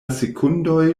sekundoj